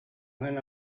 when